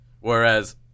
Whereas